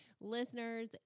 listeners